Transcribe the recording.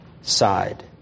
side